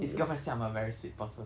his girlfriend say I'm a very sweet person